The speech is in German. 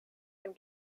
ein